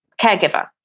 caregiver